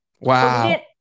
Wow